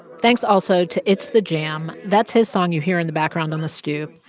thanks also to itsthejam. that's his song you hear in the background on the stoop.